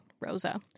Rosa